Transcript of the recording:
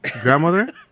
grandmother